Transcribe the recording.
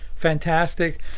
fantastic